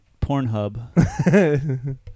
Pornhub